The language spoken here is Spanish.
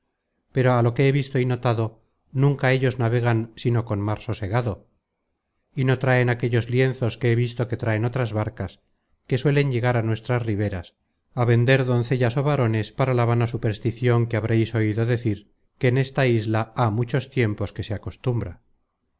pero á lo que he visto y notado nunca ellos navegan sino con mar sosegado y no traen aquellos lienzos que he visto que traen otras barcas que suelen llegar á nuestras riberas á vender doncellas ó varones para la vana supersticion que habréis oido decir que en esta isla há muchos tiempos que se acostumbra